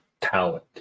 talent